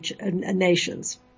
nations